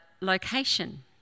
location